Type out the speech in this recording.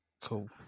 Cool